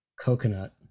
coconut